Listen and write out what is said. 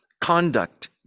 conduct